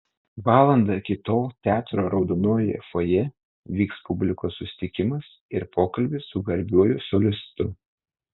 valandą iki tol teatro raudonojoje fojė vyks publikos susitikimas ir pokalbis su garbiuoju solistu